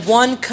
one